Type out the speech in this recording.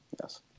yes